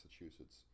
Massachusetts